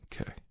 Okay